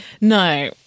no